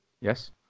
Yes